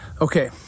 okay